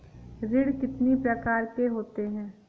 ऋण कितनी प्रकार के होते हैं?